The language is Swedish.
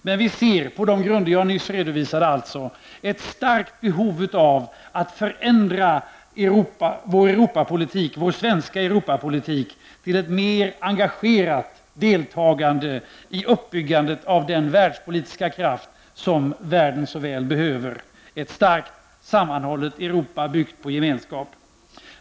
Men vi ser, på de grunder jag nyss redovisade, ett starkt behov av att förändra vår svenska Europapolitik till ett mer engagerat deltagande i uppbyggandet av den världspolitiska kraft som världen så väl behöver -- ett starkt, sammanhållet Europa, byggt på gemenskap.